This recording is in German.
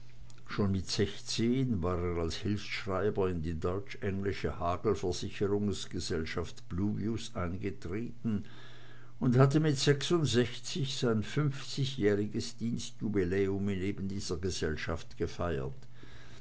schon mit sechzehn war er als hilfsschreiber in die deutsch englische hagelversicherungsgesellschaft pluvius eingetreten und hatte mit sechsundsechzig sein fünfzigjähriges dienstjubiläum in eben dieser gesellschaft gefeiert